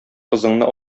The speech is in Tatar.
кызыңны